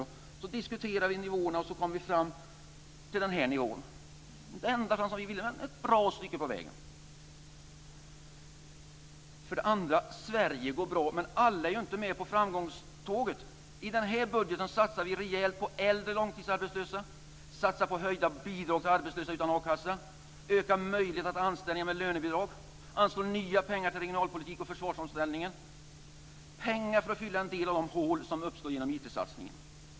Sedan diskuterade vi nivåerna och kom fram till den här nivån. Inte ända fram dit vi ville, men ett bra stycke på väg. Sverige går bra, men alla är ju inte med på framgångståget. I den här budgeten satsar vi rejält på äldre långtidsarbetslösa. Vi satsar på höjda bidrag till arbetslösa utan a-kassa, ökar möjligheterna till anställningar med lönebidrag. Vi anslår nya pengar till regionalpolitiken och försvarsomställningen, pengar för att fylla en del av de hål som uppstår genom IT satsningen.